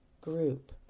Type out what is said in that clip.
group